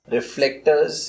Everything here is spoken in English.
Reflectors